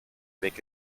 avec